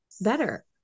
better